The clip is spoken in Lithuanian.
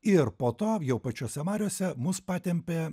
ir po to jau pačiose mariose mus patempė